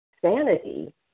Sanity